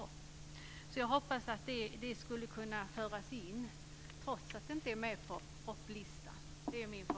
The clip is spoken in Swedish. Det är min förhoppning att dessa ska tas upp trots att det inte är med på propositionsförteckningen.